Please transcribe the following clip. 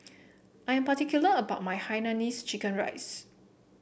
I'm particular about my Hainanese Chicken Rice